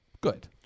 Good